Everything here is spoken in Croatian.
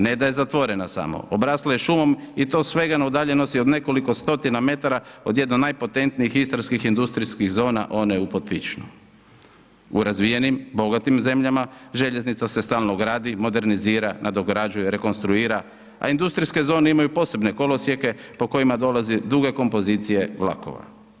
Ne da je zatvorena samo, obrasla je šumom i to svega na udaljenosti od nekoliko 100-tina metara od jedno od najpotentnijih Istarskih industrijskih zona one u Potpićanu, u razvijenim, bogatim zemljama, željeznica se stalno gradi, modernizira, nadograđuje, rekonstruira, a industrijske zone imaju posebne kolosijeke, po kojima dolazi duge kompozicije vlakova.